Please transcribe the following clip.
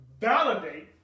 validate